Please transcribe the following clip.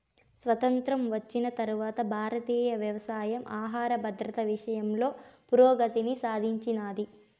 స్వాతంత్ర్యం వచ్చిన తరవాత భారతీయ వ్యవసాయం ఆహర భద్రత విషయంలో పురోగతిని సాధించినాది